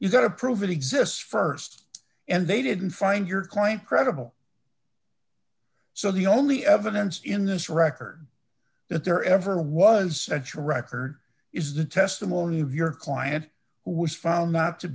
you gotta prove it exists st and they didn't find your client credible so the only evidence in this record that there ever was that's record is the testimony of your client who was found not to